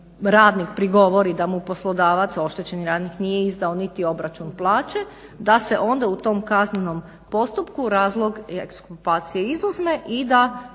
radnik prigovori da mu poslodavac, oštećeni radnik nije izdao niti obračun plaće da se onda u tom kaznenom postupku razlog ekskulpacije izuzme i da